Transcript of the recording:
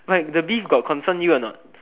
like the beef got concern you or not